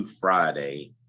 Friday